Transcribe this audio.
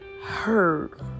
hurt